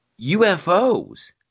UFOs